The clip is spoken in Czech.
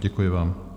Děkuji vám.